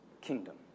kingdom